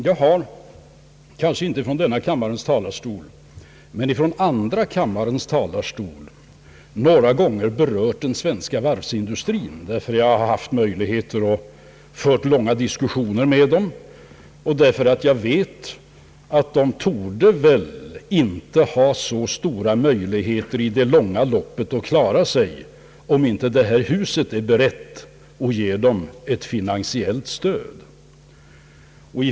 Jag har, kanske inte från denna kammares talarstol men från andra kammarens talarstol, några gånger berört den svenska varvsindustrin, därför att jag har möjligheter att föra långa diskussioner med dess ledare och därför att jag vet att de i det långa loppet väl inte torde ha så stora möjligheter att klara sig, om inte det här huset är berett att ge dem ett finansiellt stöd.